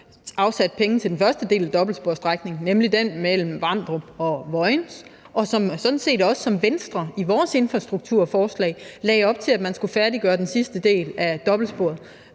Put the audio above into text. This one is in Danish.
afsat penge til den første del af dobbeltsporsstrækningen, nemlig den mellem Vamdrup og Vojens, og i vores infrastrukturforslag i Venstre lagde vi sådan set også op til, at man skulle færdiggøre den sidste del af dobbeltsporet.